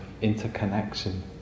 interconnection